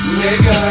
nigga